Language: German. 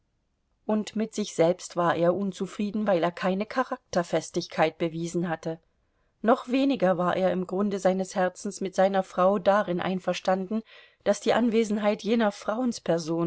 und mit sich selbst war er unzufrieden weil er keine charakterfestigkeit bewiesen hatte noch weniger war er im grunde seines herzens mit seiner frau darin einverstanden daß die anwesenheit jener